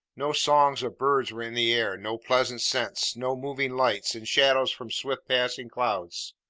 no songs of birds were in the air, no pleasant scents, no moving lights and shadows from swift passing clouds.